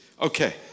Okay